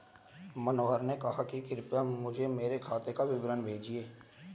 मनोहर ने कहा कि कृपया मुझें मेरे खाते का विवरण भेजिए